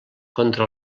contra